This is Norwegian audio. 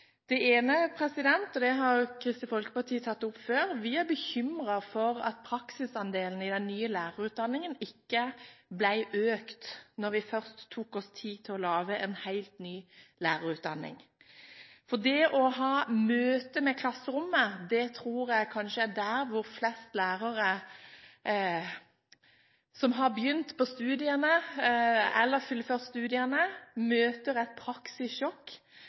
det til. Det ene har Kristelig Folkeparti tatt opp før. Vi er bekymret for at praksisandelen i den nye lærerutdanningen ikke ble økt når vi først tok oss tid til å lage en helt ny lærerutdanning. Jeg tror at det er i møtet med klasserommet at de fleste av dem som har begynt på studiene, eller fullført studiene, får et praksissjokk,